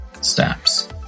steps